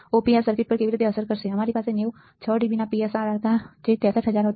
આ Op amp circuit પર કેવી અસર કરશે અમારી પાસે 90 6 dB નો PSRR હતો જે 63000 હતો